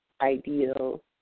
ideal